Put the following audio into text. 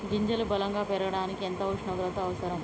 గింజలు బలం గా పెరగడానికి ఎంత ఉష్ణోగ్రత అవసరం?